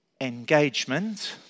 engagement